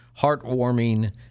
heartwarming